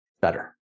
better